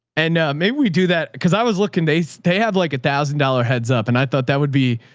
and maybe we do that. cause i was looking at, so they have like a thousand dollar heads up and i thought that would be,